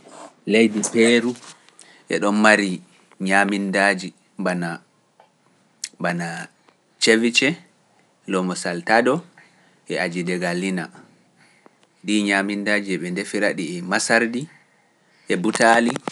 Leydi Peeru e ɗo mari ñamindaaji bana Ceviche, Lomo Saltaɗo, e Ajiide Galina ɗi ñamindaaji ɓe ndefira ɗi e Masar ɗi e butaali.